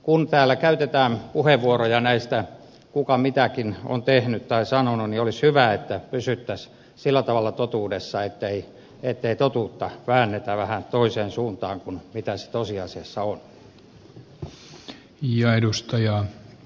kun täällä käytetään puheenvuoroja tästä kuka mitäkin on tehnyt tai sanonut niin olisi hyvä että pysyttäisiin sillä tavalla totuudessa ettei totuutta väännetä vähän toiseen suuntaan kuin miten se tosiasiassa on